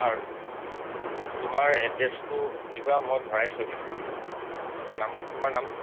আৰু তোমাৰ এড্ৰেছটো দিবা মই ভৰাই থৈ দিম নাম তোমাৰ নাম